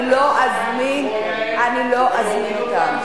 אני לא אזמין אותם.